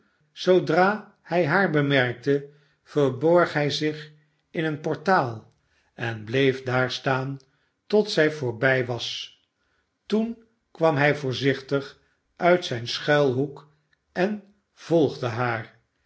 zoodra hij haar bemerkte verborg hij zich in een portaal en bleef daar staan tot zij voorbij was toen kwam hij voorzichtig uit zijn schmlhoek en volgdehaar